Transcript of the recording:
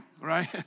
right